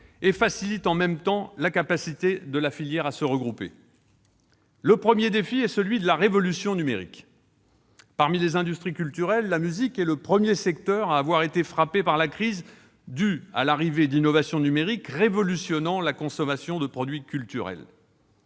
et favorisent en même temps le regroupement de cette filière. Le premier défi est celui de la révolution numérique. Parmi les industries culturelles, la musique est le premier secteur à avoir été frappé par la crise due à l'arrivée d'innovations numériques révolutionnant la consommation de produits culturels.